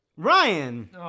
Ryan